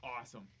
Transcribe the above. awesome